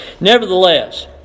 nevertheless